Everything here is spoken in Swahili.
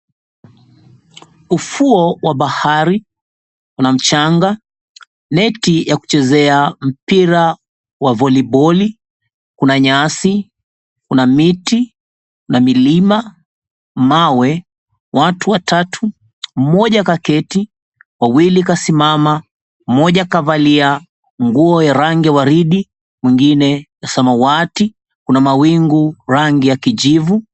Ufuo wa bahari una mchanga, neti ya kuchezea mpira wa voliboli, kuna nyasi, kuna miti na milima, mawe, watu watatu — mmoja kaketi, wawili kasimama, mmoja kavalia nguo ya rangi ya waridi, mwingine samawati. Kuna mawingu rangi ya kijivu.